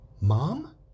Mom